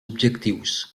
objectius